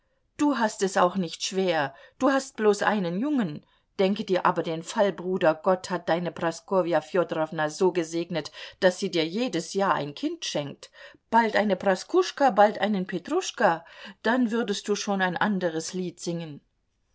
du hast es auch nicht schwer du hast bloß einen jungen denke dir aber den fall bruder gott hat deine praskowja fjodorowna so gesegnet daß sie dir jedes jahr ein kind schenkt bald eine praskuschka bald einen petruscha dann würdest du schon ein anderes lied singen